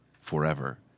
forever